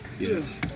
Yes